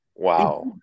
Wow